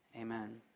Amen